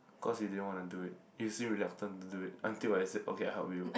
because you didn't want to do it you seemed reluctant to do it until I say okay I help you